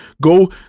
go